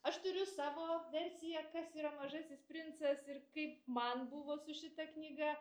aš turiu savo versiją kas yra mažasis princas ir kaip man buvo su šita knyga